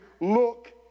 look